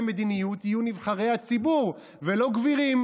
מדיניות יהיו נבחרי הציבור ולא גבירים,